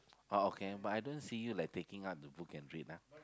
oh okay but I don't see you like taking out the book and read ah